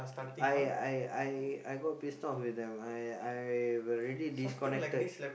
I I I I got pissed off with them I I have already disconnected